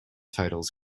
titles